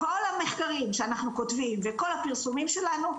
כל המחקרים שאנחנו כותבים וכל הפרסומים שלנו,